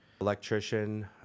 Electrician